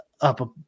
up